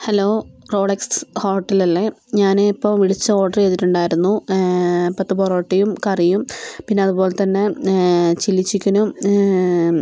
hello Rolex hotel അല്ലേ ഞാൻ ഇപ്പം വിളിച്ച് ഓർഡർ ചെയ്തിട്ടുണ്ടായിരുന്നു പത്ത് പൊറോട്ടയും കറിയും പിന്നെ അതുപോലെത്തന്നെ ചില്ലി ചിക്കനും